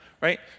right